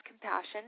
compassion